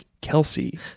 kelsey